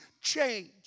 change